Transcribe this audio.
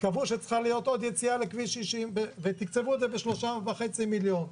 קבעו שצריכה להיות עוד יציאה לכביש 60 ותקצבו את זה ב-3.5 מיליון.